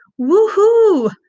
Woohoo